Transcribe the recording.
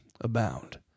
abound